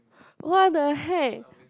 what the heck